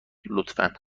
لطفا